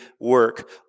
work